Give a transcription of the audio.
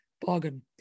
Bargain